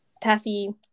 Taffy